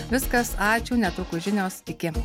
viskas ačiū netrukus žinios iki